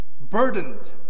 burdened